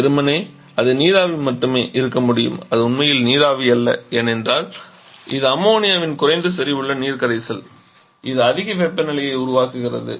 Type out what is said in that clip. வெறுமனே அது நீராவி மட்டுமே இருக்க வேண்டும் அது உண்மையில் நீராவி அல்ல ஏனென்றால் இது அம்மோனியாவின் குறைந்த செறிவுள்ள நீர் கரைசல் இது அதிக வெப்பநிலையை உருவாக்குகிறது